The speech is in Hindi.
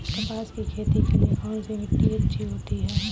कपास की खेती के लिए कौन सी मिट्टी अच्छी होती है?